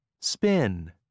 spin